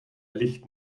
licht